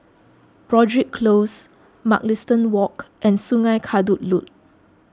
Broadrick Close Mugliston Walk and Sungei Kadut Loop